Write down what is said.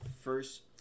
first